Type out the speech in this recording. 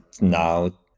now